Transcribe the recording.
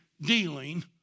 dealing